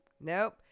Nope